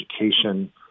education